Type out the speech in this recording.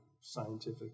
scientific